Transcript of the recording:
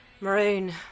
Maroon